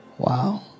Wow